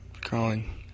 Crawling